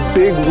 big